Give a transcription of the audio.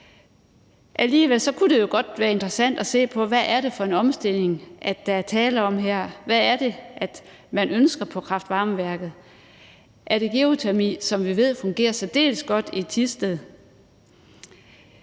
Alligevel kunne det jo godt være interessant at se på: Hvad er det for en omstilling, som der er tale om her? Hvad er det, man ønsker på kraft-varme-værket? Er det geotermi, som vi ved fungerer særdeles godt i Thisted?